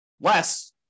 Less